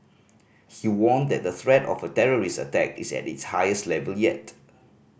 he warned that the threat of a terrorist attack is at its highest level yet